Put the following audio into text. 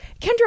Kendra